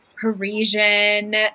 Parisian